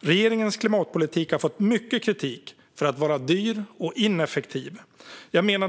Regeringens klimatpolitik har fått mycket kritik för att vara dyr och ineffektiv.